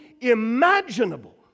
imaginable